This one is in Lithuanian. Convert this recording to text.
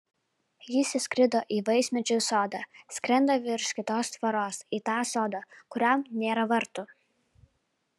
jis įskrido į vaismedžių sodą skrenda virš kitos tvoros į tą sodą kurian nėra vartų